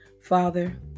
Father